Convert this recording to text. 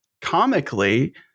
comically